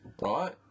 right